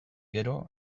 gero